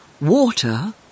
water